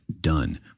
done